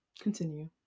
Continue